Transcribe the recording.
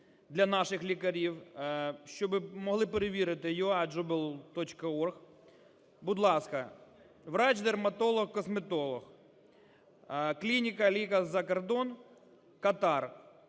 для наших лікарів, щоби могли перевірити:ua.jooble.org. Будь ласка: врач дерматолог-косметолог, клініка Likar Za Kardon (Катар)